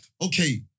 okay